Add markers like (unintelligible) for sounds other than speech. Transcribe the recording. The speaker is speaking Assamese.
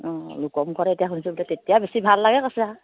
অঁ লোকৰ মুখতহে এতিয়া শুনিছোঁ (unintelligible) তেতিয়া বেছি ভাল লাগে কৈছে আৰু